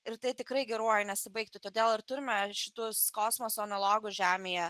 ir tai tikrai geruoju nesibaigtų todėl ir turime šituos kosmoso analogų žemėje